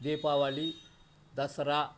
Deepavali Dasara